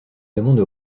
demande